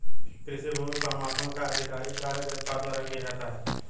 कृषि भूमि मापन का आधिकारिक कार्य लेखपाल द्वारा किया जाता है